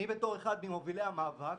כאחד ממובילי המאבק,